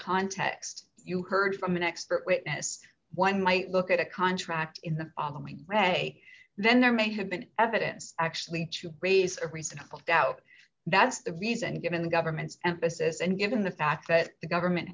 context you heard from an expert witness one might look at a contract in the red a then there may have been evidence actually to raise a reasonable doubt that's the reason given the government's emphasis and given the fact that the government